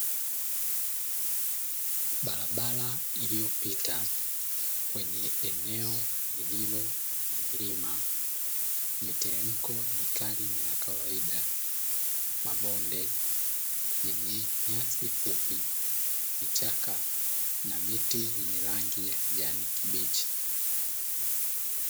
Barabara iliyopita kwenye eneo lililo na milima miteremko mikali na ya kawaida, mabonde yenye nyasi fupi vichaka na miti yenye rangi ya kijani kibichi.